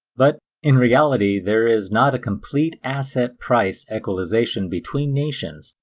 but in reality there is not a complete asset price equalization between nations,